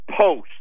Post